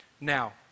Now